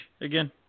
again